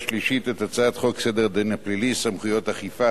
שלישית את הצעת חוק סדר הדין הפלילי (סמכויות אכיפה,